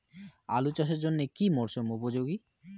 আলু চাষের জন্য কি মরসুম উপযোগী?